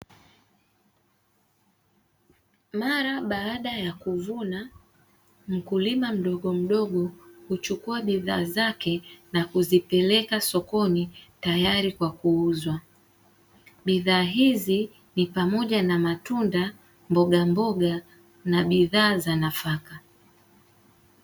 Mara baada ya kuvuna, mkulima mdogomdogo huchukua bidhaa zake na kuzipeleka sokoni tayari kwa kuuzwa. Bidhaa hizi ni pamoja na matunda, mbogamboga na bidhaa za nafaka.